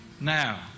Now